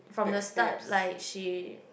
from the start like she